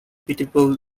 pitiful